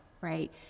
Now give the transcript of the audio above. Right